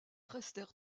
restèrent